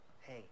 Hey